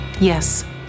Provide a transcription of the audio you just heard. Yes